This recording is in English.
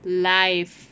life